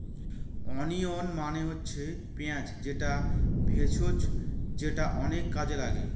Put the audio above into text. onion মানে হচ্ছে পেঁয়াজ যে ভেষজ যেটা অনেক কাজে লাগে